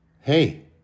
hey